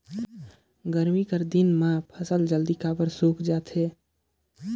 गरमी कर दिन म फसल जल्दी काबर सूख जाथे?